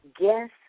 guess